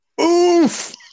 Oof